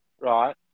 Right